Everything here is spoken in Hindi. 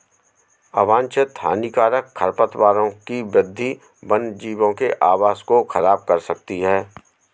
अवांछित हानिकारक खरपतवारों की वृद्धि वन्यजीवों के आवास को ख़राब कर सकती है